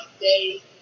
day